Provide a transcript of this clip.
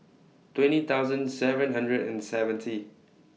twenty thousand seven hundred and seventy